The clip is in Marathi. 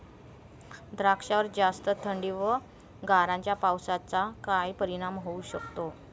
द्राक्षावर जास्त थंडी व गारांच्या पावसाचा काय परिणाम होऊ शकतो?